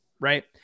right